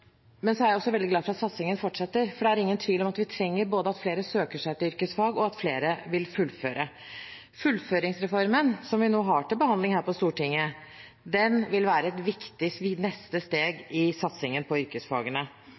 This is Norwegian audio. jeg er også veldig glad for at satsingen fortsetter. For det er ingen tvil om at vi trenger både at flere søker seg til yrkesfag, og at flere vil fullføre. Fullføringsreformen, som vi nå har til behandling her på Stortinget, vil være et viktig neste steg i satsingen på yrkesfagene.